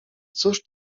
cóż